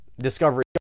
Discovery